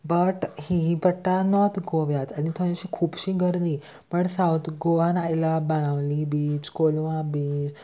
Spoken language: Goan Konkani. बट ही पडटा नॉर्थ गोव्यात आनी थंय अशी खुबशी गर्दी बट सावत गोवान आयला बाणावली बीच कोलवा बीच